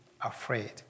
afraid